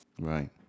Right